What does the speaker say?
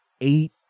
eight